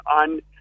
on